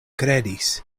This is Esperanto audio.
kredis